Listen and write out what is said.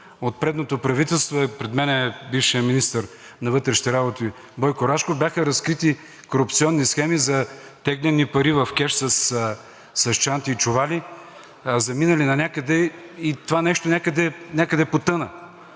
от предното правителство, пред мен е бившият министър на вътрешните работи Бойко Рашков, бяха разкрити корупционни схеми за теглени пари в кеш с чанти и чували, заминали нанякъде, и това нещо някъде потъна.